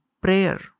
prayer